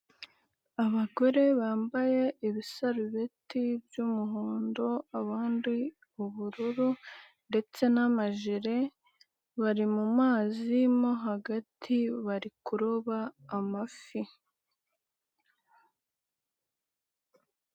Abagore bambaye ibisarubeti by'umuhondo abandi ubururu ndetse n'amajire, bari mu mazi mo hagati bari kuroba amafi.